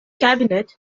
cabinet